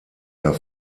der